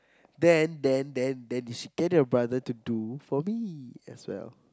then then then then you should get your brother to do for me as well